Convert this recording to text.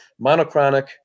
monochronic